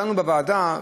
דנו בוועדה,